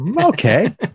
okay